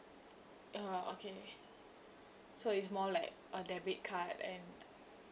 oh okay so it's more like a debit card and